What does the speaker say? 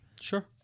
Sure